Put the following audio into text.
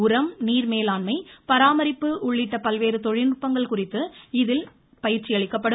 உரம் நீர் மேலாண்மை பராமரிப்பு உள்ளிட்ட பல்வேறு தொழில்நுட்பங்கள் குறித்து இதில் பயிற்சி அளிக்கப்படும்